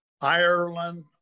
Ireland